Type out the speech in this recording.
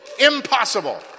Impossible